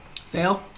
Fail